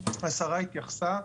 השרה התייחסה.